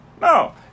No